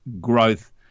growth